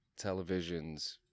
televisions